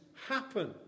happen